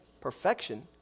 perfection